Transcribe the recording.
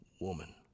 woman